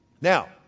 Now